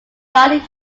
jolly